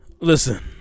Listen